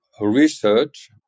research